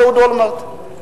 אהוד אולמרט.